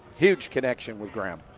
huge connection with graham.